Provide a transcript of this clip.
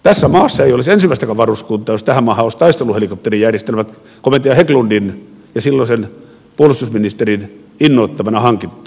tässä maassa ei olisi ensimmäistäkään varuskuntaa jos tähän maahan olisi taisteluhelikopterijärjestelmät komentaja hägglundin ja silloisen puolustusministerin innoittamana hankittu